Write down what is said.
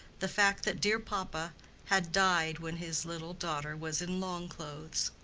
the fact that dear papa had died when his little daughter was in long clothes.